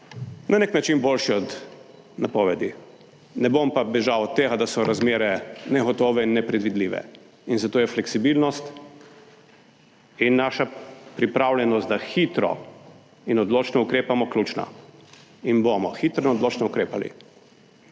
na nek način boljši od napovedi. Ne bom pa bežal od tega, da so razmere negotove in nepredvidljive in zato je fleksibilnost in naša pripravljenost, da hitro in odločno ukrepamo, ključna in bomo hitro, odločno ukrepali,